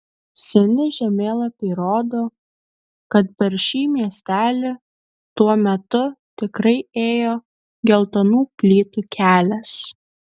seni žemėlapiai rodo kad per šį miestelį tuo metu tikrai ėjo geltonų plytų kelias